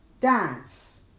dance